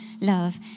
love